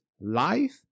life